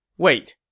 wait,